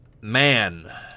man